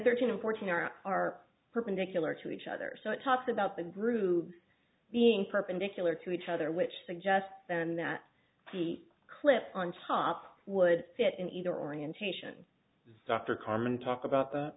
thirteen and fourteen are perpendicular to each other so it talks about the grooves being perpendicular to each other which suggest then that the clip on top would fit in either orientation dr carmen talk about that